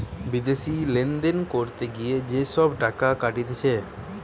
বিদেশি লেনদেন করতে গিয়ে যে সব টাকা কাটতিছে